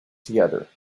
together